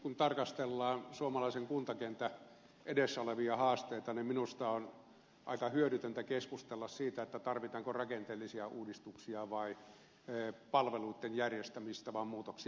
kun tarkastellaan suomalaisen kuntakentän edessä olevia haasteita niin minusta on aika hyödytöntä keskustella siitä tarvitaanko rakenteellisia uudistuksia vai palveluitten järjestämistavan muutoksia